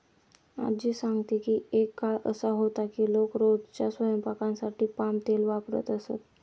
आज्जी सांगते की एक काळ असा होता की लोक रोजच्या स्वयंपाकासाठी पाम तेल वापरत असत